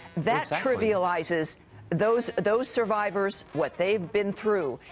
that's trivializes those those survivors, what they've been through.